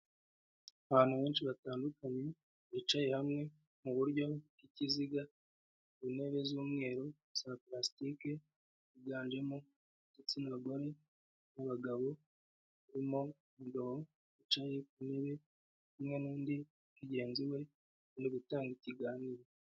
Abantu benshi batandukanye bicaye hamwe mu buryo bw'ikiziga ku ntebe z'umweru za pulasitike yiganjemo igitsina gore n'abagabo barimo umugabo wicaye ku ntebe hamwe n'undi mugenzi we uri gutanga ikiganiro.